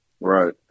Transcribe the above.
Right